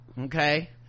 okay